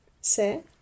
Se